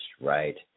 right